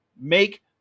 make